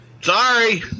Sorry